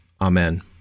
Amen